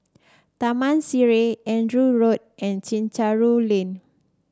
Taman Sireh Andrew Road and Chencharu Lane